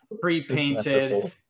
pre-painted